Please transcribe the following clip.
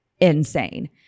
insane